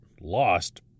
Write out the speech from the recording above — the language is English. lost